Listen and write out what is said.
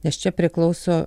nes čia priklauso